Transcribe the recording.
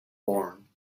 born